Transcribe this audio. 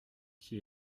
qui